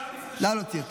נא להוציא אותו.